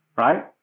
right